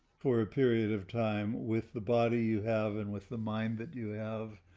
for a period of time with the body you have, and with the mind that you have,